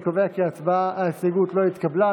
אני קובע כי ההסתייגות לא התקבלה.